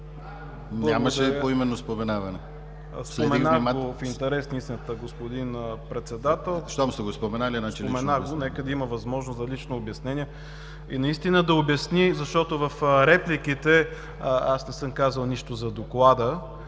Нямаше поименно споменаване.